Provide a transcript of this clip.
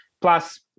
Plus